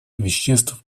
веществ